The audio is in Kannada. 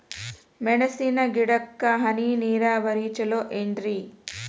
ಮೆಣಸಿನ ಗಿಡಕ್ಕ ಹನಿ ನೇರಾವರಿ ಛಲೋ ಏನ್ರಿ?